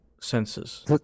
senses